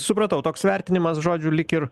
supratau toks vertinimas žodžiu lyg ir